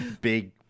Big